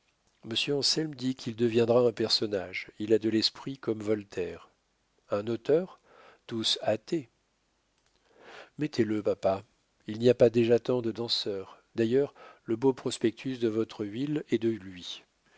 anselme dit qu'il deviendra un personnage il a de l'esprit comme voltaire un auteur tous athées mettez-le papa il n'y a pas déjà tant de danseurs d'ailleurs le beau prospectus de votre huile est de lui